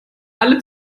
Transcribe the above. alle